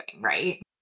right